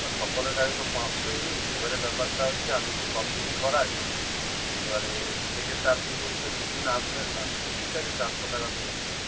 না সকলের কাছে তো পাঁচশোই নিই এবারে ব্যাপারটা হচ্ছে আমি তো সব দিনই করাই এবারে সে ক্ষেত্রে আপনি বলছেন দু দিন আসবেন না তো ঠিক আছে চারশো টাকা দেবেন তাহলে